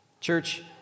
Church